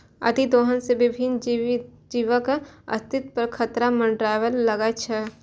अतिदोहन सं विभिन्न जीवक अस्तित्व पर खतरा मंडराबय लागै छै